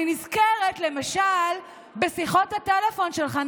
אני נזכרת למשל בשיחות הטלפון שלך,